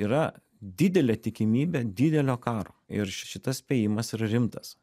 yra didelė tikimybė didelio karo ir šitas spėjimas yra rimtas